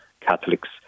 Catholics